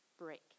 break